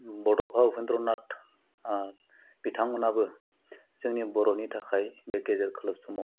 बड'फा उफेन्द्रनाथ बिथांमोनाबो जोंनि बर'नि थाखाय बे गेजेर खोलोब समाव